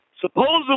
Supposedly